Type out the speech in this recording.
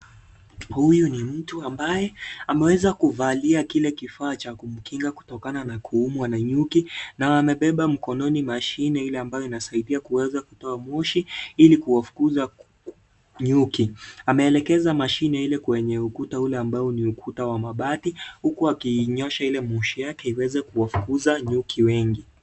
Huyu ni mtu ambaye ameweza kuvalia kile kifaa cha kumkinga kutokana na kuumwa na nyuki. Na amebeba mikononi mashine ile ambayo inasaidia kuweza kutoa moshi ili kuwafukuza nyuki. Ameelekeza mashine ile kwenye ukuta ule ambao ni ukuta wa mabati. Huku akiinyoosha ile moshi yake iweze kuwafukuza nyuki wengi.